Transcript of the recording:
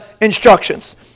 instructions